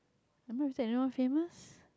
I'm not related to anyone famous